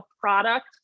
product